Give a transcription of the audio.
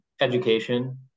education